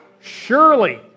Surely